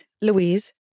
Louise